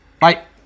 Bye